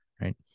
right